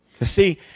see